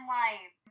life